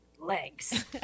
legs